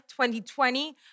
2020